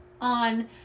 on